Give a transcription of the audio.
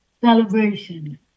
celebration